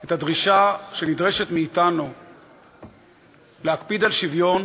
את הדרישה שנדרשת מאתנו להקפיד על שוויון